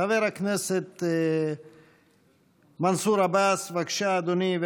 חבר הכנסת מנסור עבאס, בבקשה, אדוני.